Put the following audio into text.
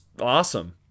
awesome